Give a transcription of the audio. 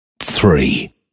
three